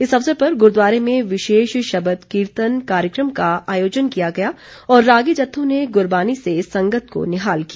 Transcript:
इस अवसर पर गुरूद्वारे में विशेष शबद कीर्तन कार्यक्रम का आयोजन किया गया और रागी जत्थों ने गुरबाणी से संगत को निहाल किया